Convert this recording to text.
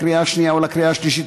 לקריאה השנייה ולקריאה השלישית,